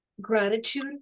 gratitude